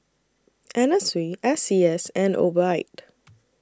Anna Sui S C S and Obike